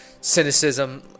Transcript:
cynicism